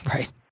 Right